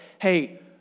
hey